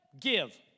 Give